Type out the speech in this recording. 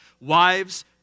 Wives